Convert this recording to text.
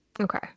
okay